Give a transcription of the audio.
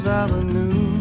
avenue